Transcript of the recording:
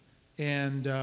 and